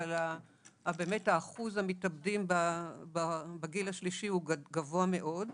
אבל באמת האחוז המתאבדים בגיל השלישי הוא גבוה מאוד,